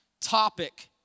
topic